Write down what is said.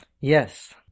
Yes